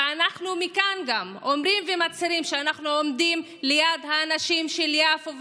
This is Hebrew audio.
ואנחנו אומרים מכאן ומצהירים שאנחנו עומדים ליד האנשים של יפו,